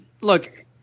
look